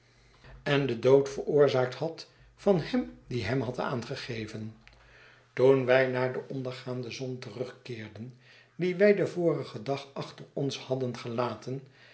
en den dood veroorzaakt had van hem die hem had aangegeven toen wij naar de ondergaande zon terugkeerden die wij den vorigen dag achter ons hadden gelaten